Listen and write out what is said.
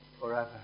forever